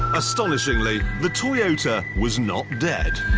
astonishingly, the toyota was not dead.